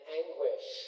anguish